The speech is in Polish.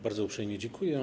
Bardzo uprzejmie dziękuję.